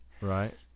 Right